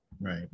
right